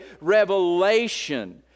revelation